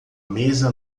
mesa